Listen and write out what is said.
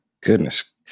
Goodness